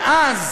ואז